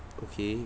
okay